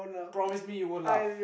promise me you won't laugh